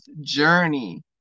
journey